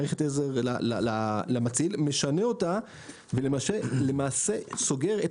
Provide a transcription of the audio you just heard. מערכת עזר למציל משנה אותה ולמעשה סוגר את